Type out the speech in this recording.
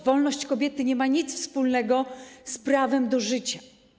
Wolność kobiety nie ma nic wspólnego z prawem do życia.